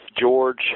George